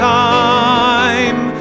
time